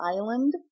island